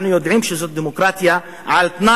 אנחנו יודעים שזאת דמוקרטיה על-תנאי,